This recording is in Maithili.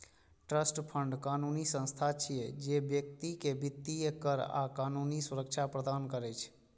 ट्रस्ट फंड कानूनी संस्था छियै, जे व्यक्ति कें वित्तीय, कर आ कानूनी सुरक्षा प्रदान करै छै